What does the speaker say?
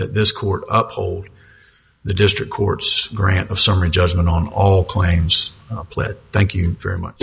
that this court upholding the district court's grant of summary judgment on all claims thank you very much